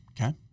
Okay